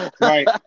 right